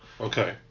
Okay